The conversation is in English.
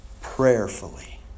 prayerfully